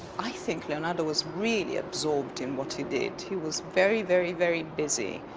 i think leonardo was really absorbed in what he did. he was very, very, very busy.